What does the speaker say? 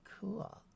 cool